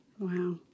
Wow